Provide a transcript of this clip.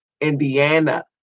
Indiana